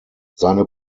seine